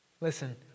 Listen